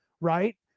right